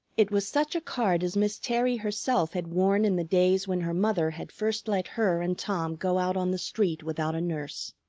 it was such a card as miss terry herself had worn in the days when her mother had first let her and tom go out on the street without a nurse.